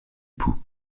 pouls